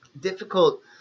difficult